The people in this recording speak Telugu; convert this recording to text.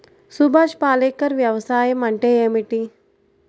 సుభాష్ పాలేకర్ వ్యవసాయం అంటే ఏమిటీ?